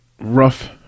rough